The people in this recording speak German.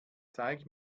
zeig